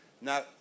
Now